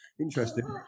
interesting